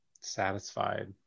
satisfied